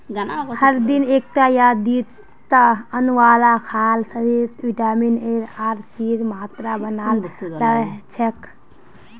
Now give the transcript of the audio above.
हर दिन एकटा या दिता आंवला खाल शरीरत विटामिन एर आर सीर मात्रा बनाल रह छेक